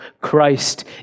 Christ